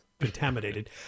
contaminated